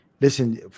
Listen